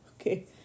Okay